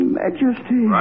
majesty